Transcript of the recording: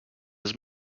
his